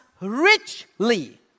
richly